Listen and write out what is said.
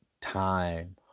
time